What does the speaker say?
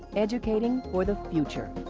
educating for the future.